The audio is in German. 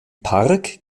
park